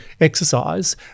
exercise